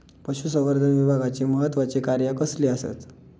पशुसंवर्धन विभागाची महत्त्वाची कार्या कसली आसत?